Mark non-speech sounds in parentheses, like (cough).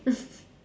(laughs)